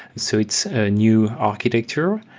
so it's a new architecture,